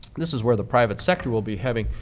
this is where the private sector will be having,